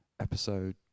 episode